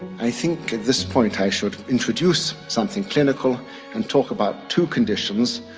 i think at this point i should introduce something clinical and talk about two conditions.